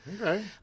Okay